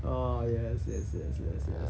!aww! yes yes yes yes yes